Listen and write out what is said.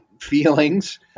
feelings